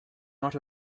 not